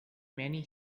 many